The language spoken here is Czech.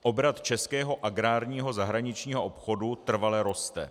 Obrat českého agrárního zahraničního obchodu trvale roste.